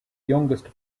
youngest